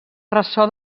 ressò